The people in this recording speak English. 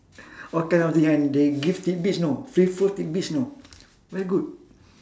all kind of the and they give tidbits you know free flow tidbits you know very good